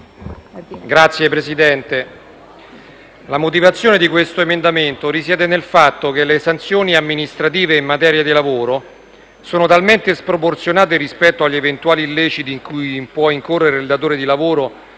la motivazione di questo emendamento risiede nel fatto che le sanzioni amministrative in materia di lavoro sono talmente sproporzionate rispetto agli eventuali illeciti in cui può incorrere il datore di lavoro